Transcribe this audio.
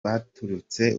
baturutse